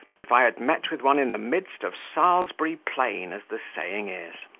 if i had met with one in the midst of salisbury plain, as the saying is.